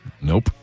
Nope